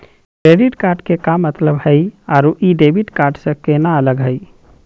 Credit card के का मतलब हई अरू ई डेबिट कार्ड स केना अलग हई?